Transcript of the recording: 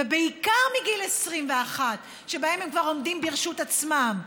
ובעיקר מגיל 21, שבו הם כבר עומדים ברשות עצמם.